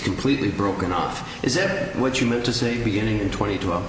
completely broken off is it what you meant to say beginning in twenty two